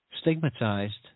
stigmatized